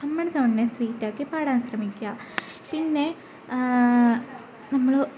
നമ്മുടെ സൗണ്ടിനെ സ്വീറ്റാക്കി പാടാൻ ശ്രമിക്കുക പിന്നെ നമ്മൾ